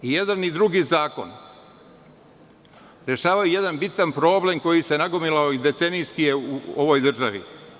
I jedan i drugi zakon rešavaju jedan bitan problem koji se nagomilao i decenijski je u ovoj državi.